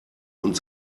und